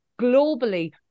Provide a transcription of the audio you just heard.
globally